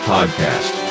Podcast